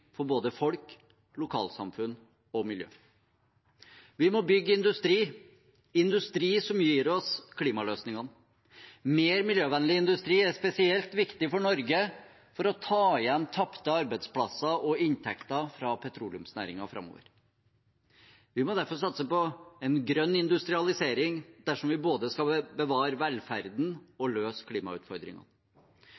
for både folk, lokalsamfunn og miljø. Vi må bygge industri, industri som gir oss klimaløsningene. Mer miljøvennlig industri er spesielt viktig for Norge for å ta igjen tapte arbeidsplasser og inntekter fra petroleumsnæringen framover. Vi må derfor satse på en grønn industrialisering dersom vi skal både bevare velferden og